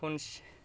खनसे